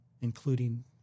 including